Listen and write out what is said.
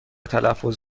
تلفظ